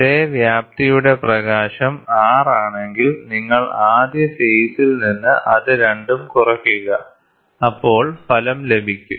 ഒരേ വ്യാപ്തിയുടെ പ്രകാശം R ആണെങ്കിൽ നിങ്ങൾ ആദ്യ ഫേസിൽ നിന്ന് അത് രണ്ടും കുറയ്ക്കുക അപ്പോൾ ഫലം ലഭിക്കും